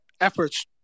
Efforts